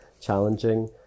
challenging